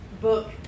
book